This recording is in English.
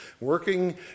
working